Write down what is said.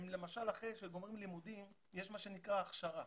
למשל אחרי שהם גומרים לימודים יש מה שנקרא הכשרה.